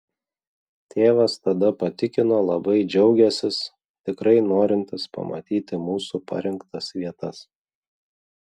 tėvas tada patikino labai džiaugiąsis tikrai norintis pamatyti mūsų parinktas vietas